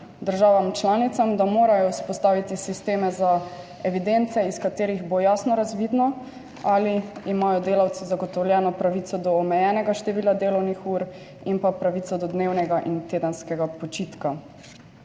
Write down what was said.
državam članicam, da morajo vzpostaviti sisteme za evidence iz katerih bo jasno razvidno ali imajo delavci zagotovljeno pravico do omejenega števila delovnih ur in pa pravico do dnevnega in tedenskega počitka.